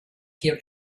hear